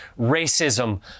racism